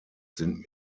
sind